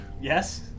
Yes